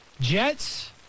Jets